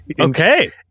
okay